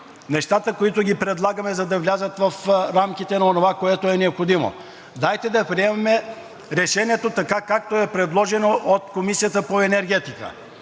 нещата, които ги предлагаме, за да влязат в рамките на онова, което е необходимо – дайте да приемем решението така, както е предложено от Комисията по енергетика.